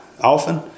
often